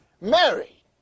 Mary